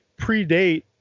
predate